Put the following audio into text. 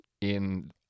in-